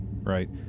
right